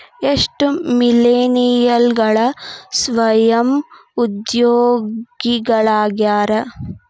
ಎಷ್ಟ ಮಿಲೇನಿಯಲ್ಗಳ ಸ್ವಯಂ ಉದ್ಯೋಗಿಗಳಾಗ್ಯಾರ